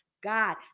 God